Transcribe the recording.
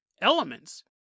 elements